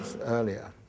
earlier